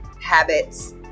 habits